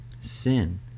sin